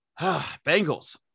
Bengals